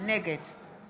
נגד